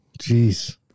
Jeez